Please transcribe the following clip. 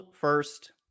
first